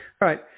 right